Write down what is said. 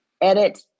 edit